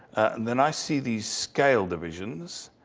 and then i see these scale divisions,